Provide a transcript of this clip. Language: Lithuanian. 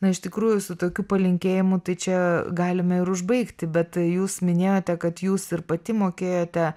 na iš tikrųjų su tokiu palinkėjimu tai čia galime ir užbaigti bet tai jūs minėjote kad jūs ir pati mokėjote